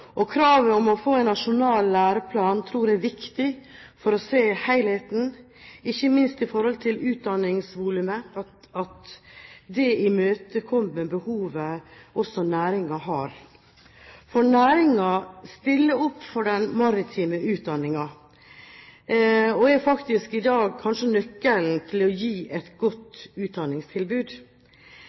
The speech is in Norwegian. og kompetanse er det viktig å sette fokus på. Kravet om å få en nasjonal læreplan tror jeg er viktig for å se helheten, ikke minst med tanke på at utdanningsvolumet skal imøtekomme det behovet som næringen har. Næringen stiller opp for den maritime utdanningen og er faktisk i dag kanskje nøkkelen til å gi et godt utdanningstilbud.